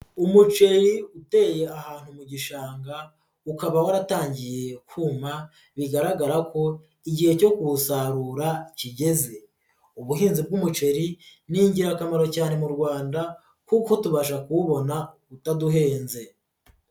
Umuceri uteye ahantu mu gishanga, ukaba waratangiye kuma bigaragara ko igihe cyo kuwusarura kigeze, ubuhinzi bw'umuceri ni ingirakamaro cyane mu Rwanda kuko tubasha kuwubona utaduhenze.